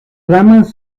ramas